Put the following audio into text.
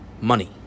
money